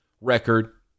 record